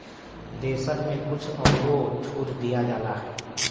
देसन मे कुछ अउरो छूट दिया जाला